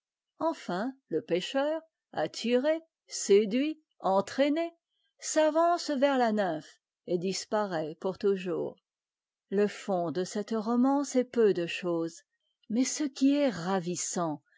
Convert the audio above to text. enfin le pécheur attiré séduit entraîné s'avance vers la nymphe et disparaît pour toujours le fond de cette romance est peu de chose mais ce qui est ravissant